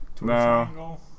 no